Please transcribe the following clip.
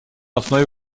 основе